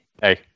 hey